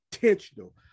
intentional